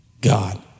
God